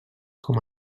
com